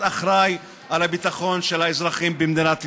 אחראי לביטחון של האזרחים במדינת ישראל.